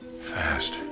Fast